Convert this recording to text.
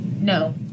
No